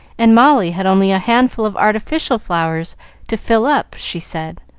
and molly had only a handful of artificial flowers to fill up, she said.